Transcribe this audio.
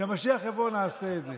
כשהמשיח יבוא, נעשה את זה,